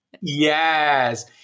yes